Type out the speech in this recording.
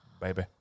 Baby